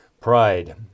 Pride